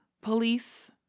police